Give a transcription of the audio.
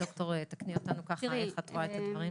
דוקטור, תקני אותנו ככה, איך את רואה את הדברים?